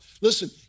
Listen